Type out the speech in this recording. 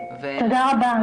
תודה רבה,